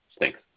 Thanks